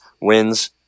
wins